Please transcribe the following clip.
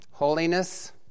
holiness